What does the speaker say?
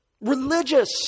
religious